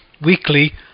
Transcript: weekly